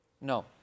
no